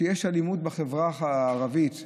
כשיש אלימות בחברה הערבית,